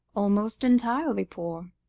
almost entirely poor.